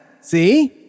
See